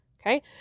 Okay